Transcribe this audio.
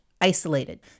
isolated